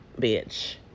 bitch